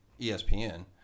ESPN